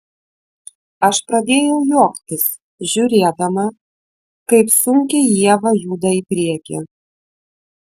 aš pradėjau juoktis žiūrėdama kaip sunkiai ieva juda į priekį